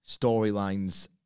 storylines